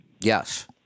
Yes